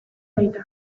baita